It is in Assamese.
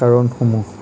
কাৰণসমূহ